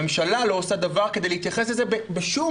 הממשלה לא עושה דבר כדי להתייחס לזה בשום